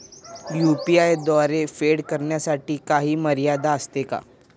UPI द्वारे फेड करण्यासाठी काही मर्यादा असते का?